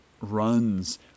runs